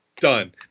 done